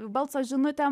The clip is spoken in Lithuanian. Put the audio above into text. balso žinutėm